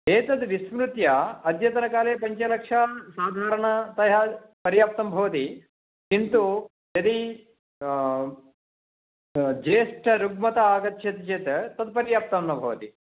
एतद्विस्मृत्य अद्यतनकाले पञ्चलक्षं साधारणतया पर्याप्तं भवति किन्तु यदि ज्येष्ठरुग्मता आगच्छति चेत् तद् पर्याप्तं न भवति